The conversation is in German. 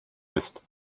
ist